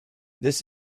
this